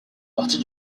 partie